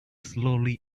slowly